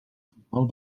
futbol